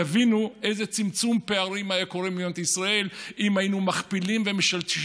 תבינו איזה צמצום פערים היה קורה במדינת ישראל אם היינו מכפילים ומשלשים